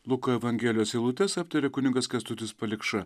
luko evangelijos eilutes aptarė kunigas kęstutis palikša